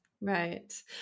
Right